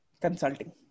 Consulting